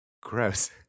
Gross